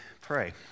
pray